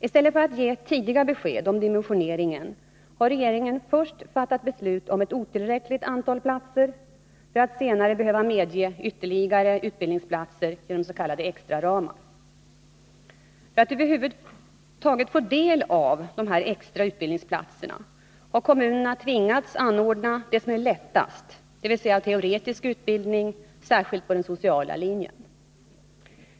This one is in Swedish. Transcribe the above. I stället för att ge tidiga besked om dimensioneringen har regeringen först fattat beslut om ett otillräckligt antal platser för att senare behöva medge ytterligare utbildningsplatser genom s.k. extraramar. För att över huvud taget få del av de extra utbildningsplatserna har kommunerna tvingats anordna det som är lättast, dvs. teoretisk utbildning, särskilt på den sociala linjen.